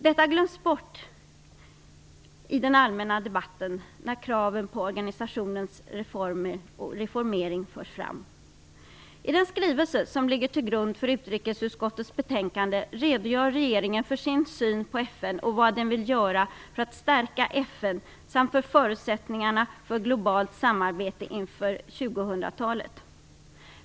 Detta glöms ibland bort i den allmänna debatten när kraven på organisationens reformering förs fram. I den skrivelse som ligger till grund för utrikesutskottets betänkande redogör regeringen för sin syn på FN och vad den vill göra för att stärka FN samt för förutsättningarna för globalt samarbete inför 2000 talet.